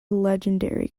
legendary